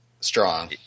strong